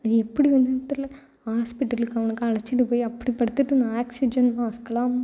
அது எப்படி வந்ததுன்னு தெரியல ஹாஸ்பிட்டலுக்கு அவனுக்கு அழைச்சிட்டு போய் அப்படி படுத்துட்டு இருந்தான் ஆக்ஸிஜன் மாஸ்க்கெல்லாம்